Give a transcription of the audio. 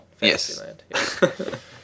yes